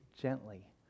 gently